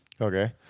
Okay